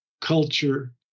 culture